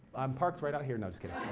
i'm parked right out here. no, just kidding.